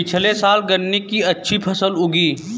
पिछले साल गन्ने की अच्छी फसल उगी